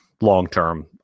long-term